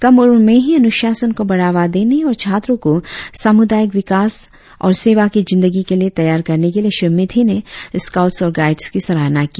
कम उम्र में ही अनुशासन को बढ़ावा देने और छात्रों को समुदायिक विकास और सेवा की जिंदगी के लिए तैयार करने के लिए श्री मिथि ने स्काऊट्स और गाईड्स की सराहना की